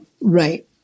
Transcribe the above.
Right